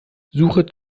suche